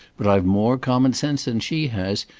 but i've more common sense than she has,